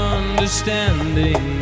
understanding